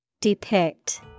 Depict